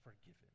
forgiven